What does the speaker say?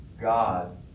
God